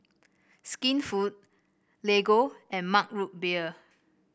Skinfood Lego and Mug Root Beer